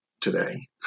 today